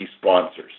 sponsors